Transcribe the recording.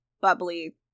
bubbly